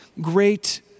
great